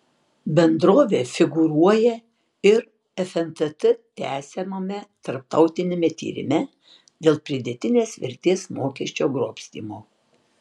bendrovė figūruoja ir fntt tęsiamame tarptautiniame tyrime dėl pridėtinės vertės mokesčio grobstymo